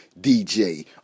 dj